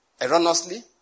erroneously